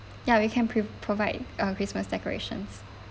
ya we can pre~ provide uh christmas decorations